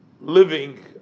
living